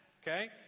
okay